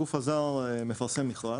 הגוף הזר מפרסם מכרז,